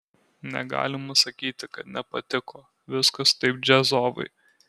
negalima sakyti kad nepatiko viskas taip džiazovai